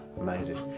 Amazing